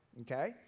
okay